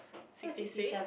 sixty six